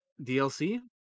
dlc